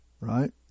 right